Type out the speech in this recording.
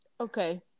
Okay